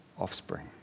Offspring